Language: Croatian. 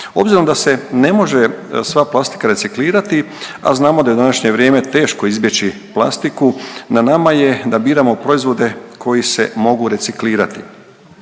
Obzirom da se ne može sva plastika reciklirati, a znamo da je u današnje vrijeme teško izbjeći plastiku na nama je da biramo proizvode koji se mogu reciklirati.